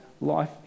life